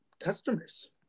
customers